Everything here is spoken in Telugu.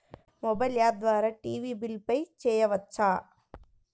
మొబైల్ యాప్ ద్వారా టీవీ బిల్ పే చేయవచ్చా?